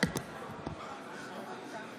נגד עופר